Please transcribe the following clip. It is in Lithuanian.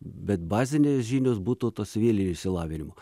bet bazinės žinios būtų to civilinio išsilavinimo